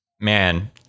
man